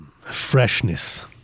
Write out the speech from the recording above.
freshness